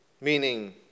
meaning